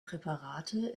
präparate